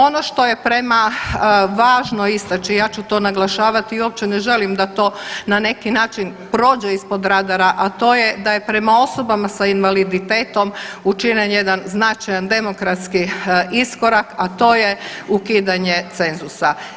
Ono što je važno istaći, ja ću to naglašavat i uopće ne želim da to na neki način prođe ispod radara, a to je da je prema osobama s invaliditetom učinjen jedan značajan demokratski iskorak, a to je ukidanje cenzusa.